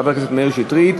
של חבר הכנסת מאיר שטרית.